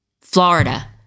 Florida